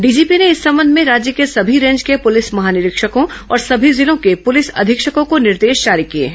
DGP ने इस संबंध में राज्य के सभी रेंज के पुलिस महानिरीक्षकों और सभी जिलों के पुलिस अधीक्षकों को निर्देश जारी किए हैं